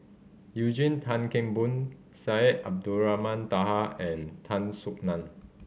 Eugene Tan Kheng Boon Syed Abdulrahman Taha and Tan Soo Nan